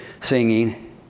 singing